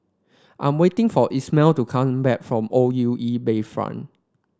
I'm waiting for Ismael to come back from O U E Bayfront